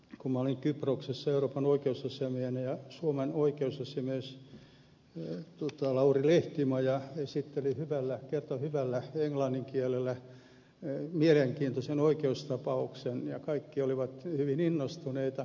kun olin kyproksella euroopan oikeusasiamiehenä suomen oikeusasiamies lauri lehtimaja kertoi hyvällä englannin kielellä mielenkiintoisen oikeustapauksen ja kaikki olivat hyvin innostuneita